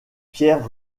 pierres